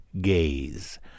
gaze